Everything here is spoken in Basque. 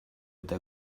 eta